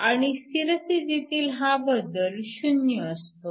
आणि स्थिर स्थितीत हा बदल 0 असतो